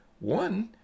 One